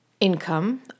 Income